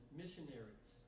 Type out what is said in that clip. missionaries